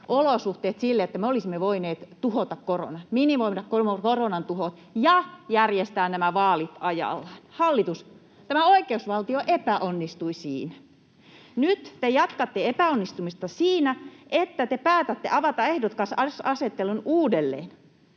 olosuhteet sille, että me olisimme voineet tuhota koronan, minimoida koronan tuhon ja järjestää nämä vaalit ajallaan. Hallitus, tämä oikeusvaltio epäonnistui siinä. Nyt te jatkatte epäonnistumista siinä, että te päätätte avata ehdokasasettelun uudelleen.